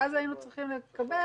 ואז היינו צריכים לקבל